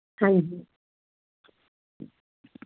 ਹਾਂਜੀ